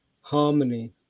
harmony